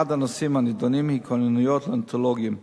אחד הנושאים הנדונים הוא כוננויות לנאונטולוגים.